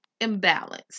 imbalanced